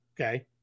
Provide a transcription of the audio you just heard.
Okay